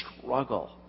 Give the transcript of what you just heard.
struggle